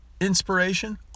inspiration